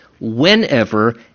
whenever